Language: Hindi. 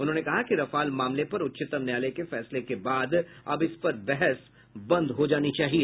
उन्होंने कहा कि रफाल मामले पर उच्चतम न्यायालय के फैसले के बाद अब इसपर बहस बंद हो जानी चाहिए